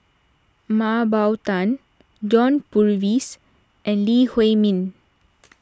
Mah Bow Tan John Purvis and Lee Huei Min